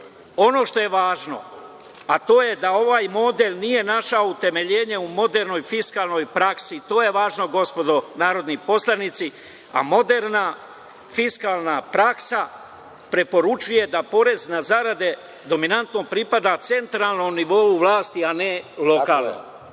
što je važno, to je da ovaj model nije našao utemeljenje u modernoj fiskalnoj praksi. To je važno, gospodo narodni poslanici. Moderna fiskalna praksa preporučuje da porez na zarade dominantno pripada centralnom nivou vlasti, a ne lokalu.